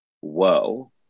whoa